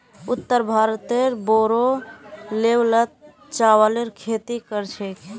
उत्तर भारतत बोरो लेवलत चावलेर खेती कर छेक